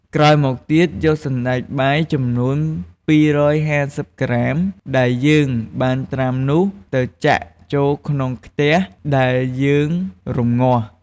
ក្រោយមកទៀត យកសណ្ដែកបាយចំនួន២៥០ក្រាម ដែលយើងបានត្រាំនោះ ទៅចាក់ចូលក្នុងខ្ទិះដែលយើងរំងាស់។